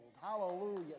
Hallelujah